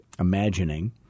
imagining